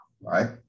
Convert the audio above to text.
right